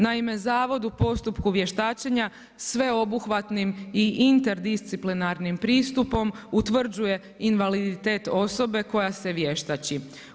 Naime, Zavod u postupku vještačenja sveobuhvatni i interdisciplinarni pristupom utvrđuje invaliditet osobe koja se vještači.